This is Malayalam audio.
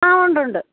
ആ ഉണ്ട് ഉണ്ട്